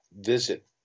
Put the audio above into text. visit